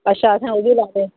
अच्छा असें ओह्बी लाये दे